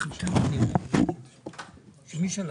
396,602,000 ₪